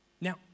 Now